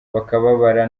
bakababara